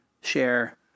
share